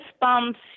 bumps